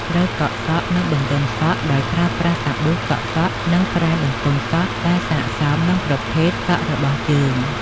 ត្រូវកក់សក់ និងបន្ទន់សក់ដោយប្រើប្រាស់សាប៊ូកក់សក់ និងក្រែមបន្ទន់សក់ដែលសាកសមនឹងប្រភេទសក់របស់យើង ។